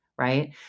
Right